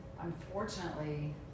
Unfortunately